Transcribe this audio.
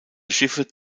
schiffe